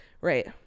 Right